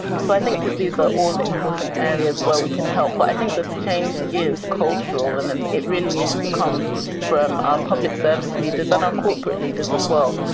so i think that these are all important areas where we can help. but i think that the change is cultural, and and it really needs to come from our public service leaders and our corporate leaders as well,